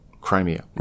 Crimea